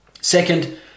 Second